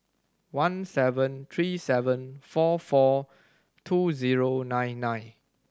one seven three seven four four two zero nine nine